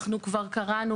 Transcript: אנחנו כבר קראנו,